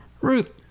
Ruth